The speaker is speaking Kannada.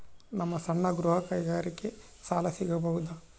ನಮ್ಮ ಸಣ್ಣ ಗೃಹ ಕೈಗಾರಿಕೆಗೆ ಸಾಲ ಸಿಗಬಹುದಾ?